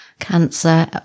Cancer